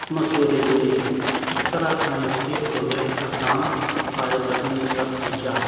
مشورے لیے اس طرح سائنس کے پروجیکٹ کا کام پائے تکمیل تک پہنچا